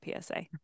PSA